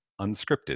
Unscripted